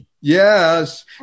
yes